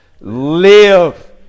live